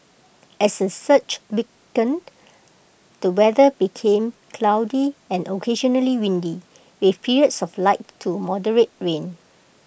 as the surge weakened the weather became cloudy and occasionally windy with periods of light to moderate rain